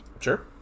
Sure